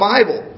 Bible